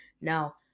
Now